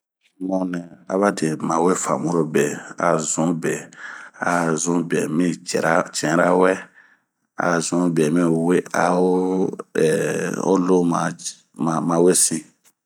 Munɛ aba nima we famurobe azunbe mis cɛra ,cɛnra wɛɛ a zun bemi we aho lo ma we sin